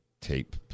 tape